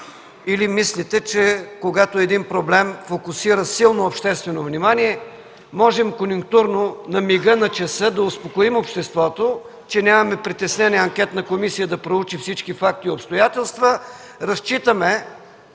или мислите, че когато един проблем, фокусиращ силно обществено внимание, можем конюнктурно, на мига, на часа да успокоим обществото, че нямаме притеснения анкетна комисия да проучи всички факти и обстоятелства? Разчитаме,